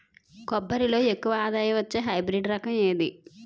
కొబ్బరి లో ఎక్కువ ఆదాయం వచ్చే హైబ్రిడ్ రకం ఏది?